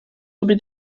lubię